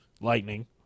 Lightning